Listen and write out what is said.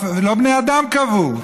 ולא בני אדם קבעו.